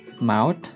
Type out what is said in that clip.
mouth